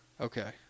Okay